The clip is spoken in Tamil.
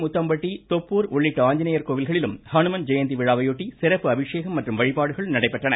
முத்தம்பட்டி தொப்பூர் உள்ளிட்ட ஆஞ்சநேயர் கோவில்களிலும் ஹனுமந்த் ஜெயந்தி விழாவையொட்டி சிறப்பு அபிஷேகம் மற்றும் வழிபாடுகள் நடைபெற்றன